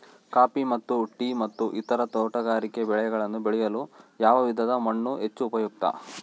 Coffee ಮತ್ತು tea ಮತ್ತು ಇತರ ತೋಟಗಾರಿಕೆ ಬೆಳೆಗಳನ್ನು ಬೆಳೆಯಲು ಯಾವ ವಿಧದ ಮಣ್ಣು ಹೆಚ್ಚು ಉಪಯುಕ್ತ?